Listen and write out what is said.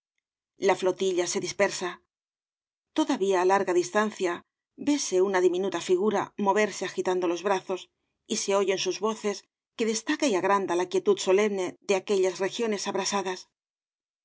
la flotilla se dispersa todavía á larga distancia vese una diminuta figura moverse agitando los brazos y se oyen sus voces que destaca y agranda la quietud solemne de aquellas regiones abrasadas